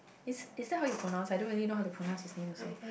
is is that how you pronounce I don't really know how to pronounce his name also